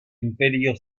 imperio